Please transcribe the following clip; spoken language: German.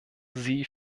sie